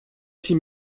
six